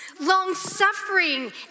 long-suffering